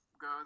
go